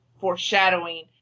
foreshadowing